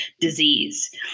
disease